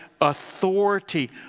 authority